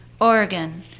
Oregon